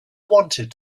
wanted